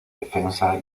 defensa